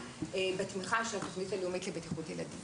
בתמיכה של התוכנית הלאומית לבטיחות ילדים.